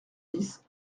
dix